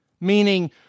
meaning